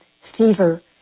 fever